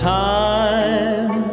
time